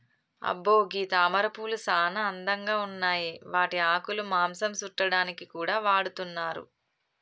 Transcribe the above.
అబ్బో గీ తామరపూలు సానా అందంగా ఉన్నాయి వాటి ఆకులు మాంసం సుట్టాడానికి కూడా వాడతున్నారు